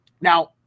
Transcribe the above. Now